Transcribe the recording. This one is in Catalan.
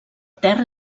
terra